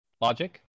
logic